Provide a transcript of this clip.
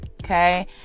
Okay